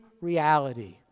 reality